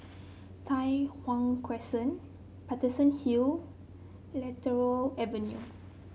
Tai Hwan Crescent Paterson Hill Lentor Avenue